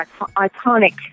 iconic